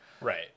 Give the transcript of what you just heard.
Right